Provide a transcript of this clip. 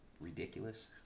ridiculous